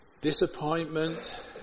disappointment